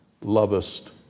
lovest